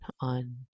on